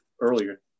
earlier